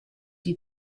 die